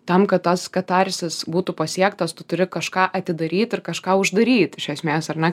tam kad tas katarsis būtų pasiektas tu turi kažką atidaryt ir kažką uždaryt iš esmės ar ne